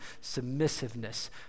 submissiveness